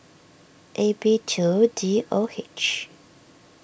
A B two D O H